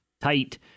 tight